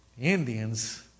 Indians